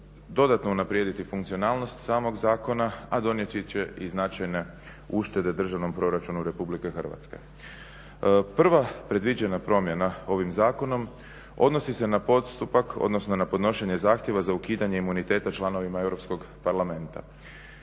dodano unaprijediti funkcionalnost samog zakona, a donijeti će i značajne uštede državnom proračunu RH. Prva predviđena promjena ovim zakonom odnosi se na postupak odnosno za podnošenje zahtjeva za ukidanje imuniteta članovima Europskog parlamenta.